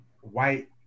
white